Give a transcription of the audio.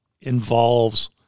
involves